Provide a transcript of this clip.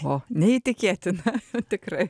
o neįtikėtina tikrai